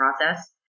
process